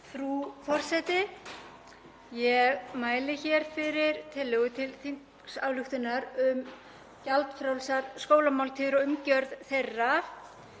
Frú forseti. Ég mæli hér fyrir tillögu til þingsályktunar um gjaldfrjálsar skólamáltíðir og umgjörð þeirra.